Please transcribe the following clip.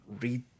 read